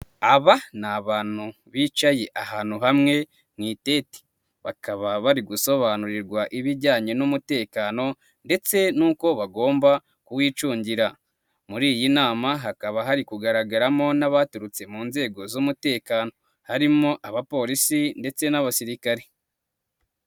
Aba ni abantu bicaye ahantu hamwe mu itente bakaba bari gusobanurirwa ibijyanye n'umutekano ndetse n'uko bagomba kuwicungira. Muri iyi nama hakaba hari kugaragaramo n'abaturutse n'inzego z'umutekano harimo abapolisi ndetse n'abasirikare.